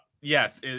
Yes